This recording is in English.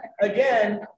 again